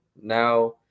now